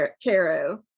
Tarot